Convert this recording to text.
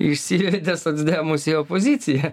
išsivedė socdemus į opoziciją